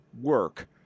Work